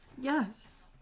Yes